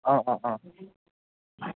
অঁ অঁ অঁ